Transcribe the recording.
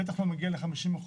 בטח לא מגיע ל-50%,